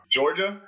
Georgia